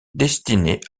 destinées